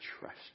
trust